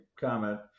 comment